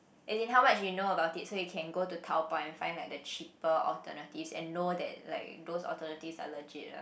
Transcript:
as in how much you know about it so you can go to Taobao and find like the cheaper alternatives and know that like those alternatives are legit ah